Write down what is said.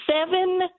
seven